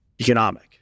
economic